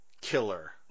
killer